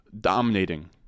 dominating